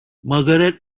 margaret